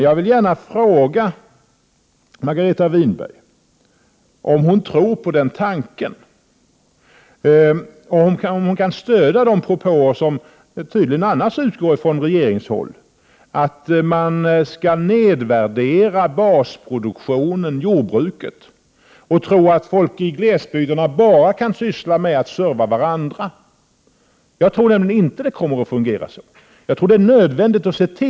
Jag vill gärna fråga Margareta Winberg om hon tror på den tanken och om hon kan stödja de propåer som tydligen utgår från regeringshåll, nämligen att man skall nedvärdera basproduktionen jordbruket och tro att folk i glesbygderna kan syssla bara med att serva varandra. Jag tror inte att det kommer att fungera så utan att det är nödvändigt att se till att — Prot.